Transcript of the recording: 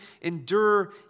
endure